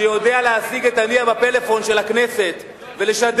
שיודע להשיג את הנייה בפלאפון של הכנסת ולשדר